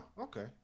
Okay